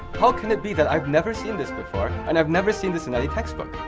how can it be that i've never seen this before and i've never seen this in any textbook!